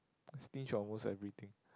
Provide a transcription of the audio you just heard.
stinge on almost everything